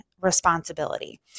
responsibility